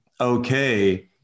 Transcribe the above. okay